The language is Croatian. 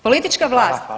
Politička vlast